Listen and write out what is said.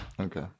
Okay